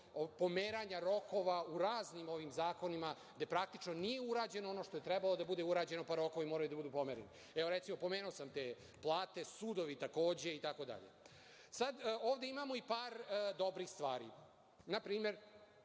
pomeranja rokova u raznim ovim zakonima, gde praktično nije urađeno ono što je trebalo da bude urađeno, pa rokovi moraju da budu pomereni. Evo, recimo, pomenuo sam te plate, sudovi, takođe itd. Sad, ovde imamo par dobrih stvari, na primer,